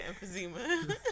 emphysema